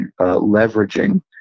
leveraging